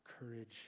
courage